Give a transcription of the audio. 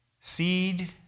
seed